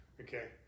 Okay